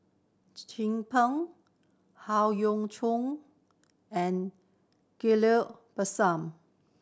Chin Peng Howe Yoon Chong and Ghillie Basan